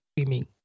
swimming